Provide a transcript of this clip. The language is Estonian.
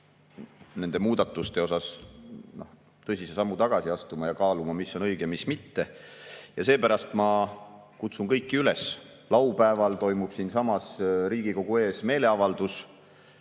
nende muudatuste puhul tõsise sammu tagasi astuma ja kaaluma, mis on õige, mis mitte. Seepärast ma kutsun kõiki üles. Laupäeval toimub siinsamas Riigikogu ees meeleavaldus,